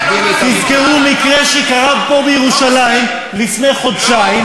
תזכרו מקרה שקרה פה בירושלים לפני חודשיים.